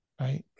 right